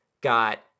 got